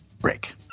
break